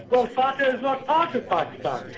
well fata is not part of pakistan,